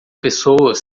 pessoas